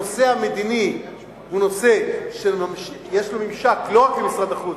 הנושא המדיני הוא נושא שיש לו ממשק לא רק למשרד החוץ,